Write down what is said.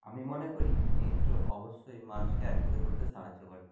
আমি মনে করি নৃত্য অবশ্যই মানুষকে একসাথে করতে সাহায্য করে